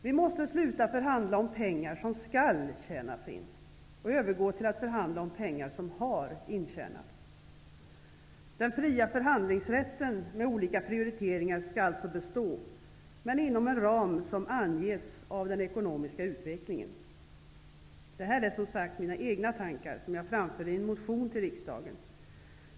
Vi måste sluta förhandla om pengar som skall tjänas in och övergå till att förhandla om pengar som har intjänats. Den fria förhandlingsrätten med olika prioriteringar skall alltså bestå, men inom en ram som anges av den ekonomiska utvecklingen. Detta är, som sagt, mina egna tankar som jag framför i en motion till riksdagen.